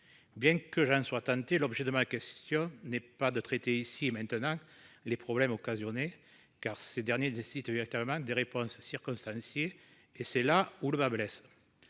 Bien que j'en sois tenté l'objet de ma question n'est pas de traiter ici et maintenant les problèmes occasionnés car ces derniers des sites carrément des réponses circonstanciées et c'est là où le bât blesse.